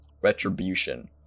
Retribution